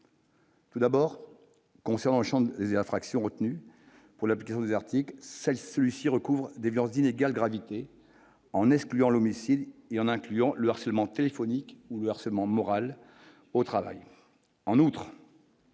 Tout d'abord concernant et infractions retenues pour la vous article celle celui-ci recouvre des viandes inégale gravité en excluant l'homicide et en incluant le harcèlement téléphonique ou le harcèlement moral au travail en outre